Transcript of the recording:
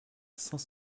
cinq